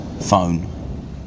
phone